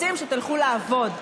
רוצים שתלכו לעבוד,